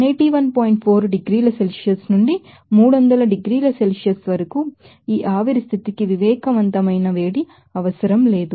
4 డిగ్రీల సెల్సియస్ నుండి 300 డిగ్రీల సెల్సియస్ వరకు ఈ వేపర్ స్టేట్కి సెన్సిబిల్ హీట్అవసరం లేదు